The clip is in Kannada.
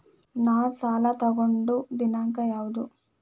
ನಾ ಸಾಲ ತಗೊಂಡು ದಿನಾಂಕ ಯಾವುದು?